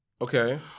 Okay